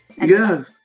Yes